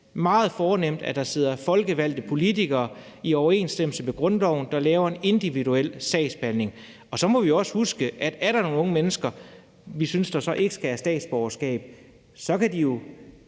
meget fornemt, at der sidder folkevalgte politikere, der i overensstemmelse med grundloven laver en individuel sagsbehandling. Så må vi også huske, at er der nogle unge mennesker, som vi synes ikke skal have statsborgerskab, kan de jo,